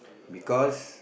because